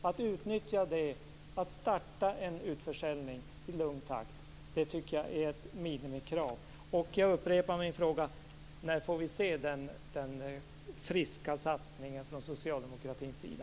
Att utnyttja det, att starta en utförsäljning i lugn takt, tycker jag är ett minimikrav. Jag upprepar min fråga: När får vi se den friska satsningen från socialdemokratins sida?